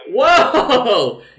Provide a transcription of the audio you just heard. Whoa